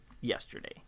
yesterday